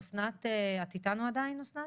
אסנת, את עדיין איתנו?